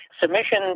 submission